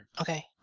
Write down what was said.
Okay